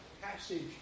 passage